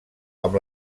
amb